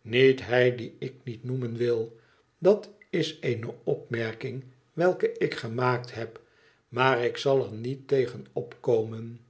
niet hij dien ik niet noemen wil dat is eene opmerking welke ik gemaakt heb maar ik zal er niet tegen opkomen